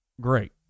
great